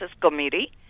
Committee